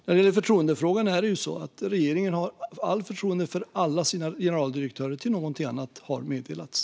När det gäller förtroendefrågan har regeringen allt förtroende för alla sina generaldirektörer tills någonting annat har meddelats.